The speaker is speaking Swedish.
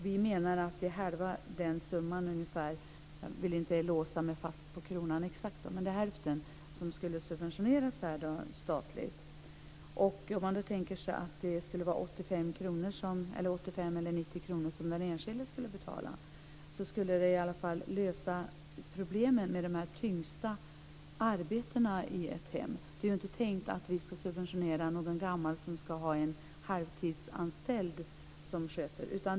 Vi menar att ungefär halva den summan - jag vill inte låsa mig fast exakt på kronan - skulle subventioneras statligt och att den enskilde skulle betala 85-90 kr. Det skulle i varje fall lösa problemen med de tyngsta arbetena i ett hem. Det är inte tänkt att vi ska subventionera någon gammal som ska ha en halvtidsanställd som sköter hemmet.